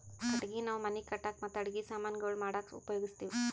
ಕಟ್ಟಗಿ ನಾವ್ ಮನಿ ಕಟ್ಟಕ್ ಮತ್ತ್ ಅಡಗಿ ಸಮಾನ್ ಗೊಳ್ ಮಾಡಕ್ಕ ಉಪಯೋಗಸ್ತಿವ್